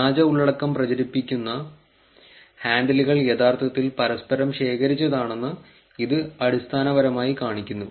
വ്യാജ ഉള്ളടക്കം പ്രചരിപ്പിക്കുന്ന ഹാൻഡിലുകൾ യഥാർത്ഥത്തിൽ പരസ്പരം ശേഖരിച്ചതാണെന്ന് ഇത് അടിസ്ഥാനപരമായി കാണിക്കുന്നു